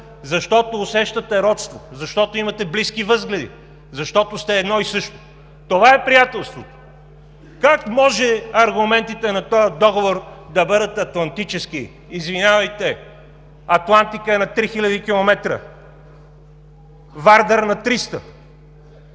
защото усещате родство, защото имате близки възгледи, защото сте едно и също. Това е приятелството. Как може аргументите на този договор да бъдат атлантически?! Извинявайте, Атлантикът е на 3000 км., а Вардар – на 300.